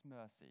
mercy